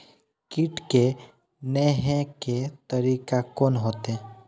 कीट के ने हे के तरीका कोन होते?